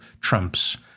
Trump's